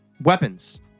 weapons